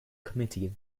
committee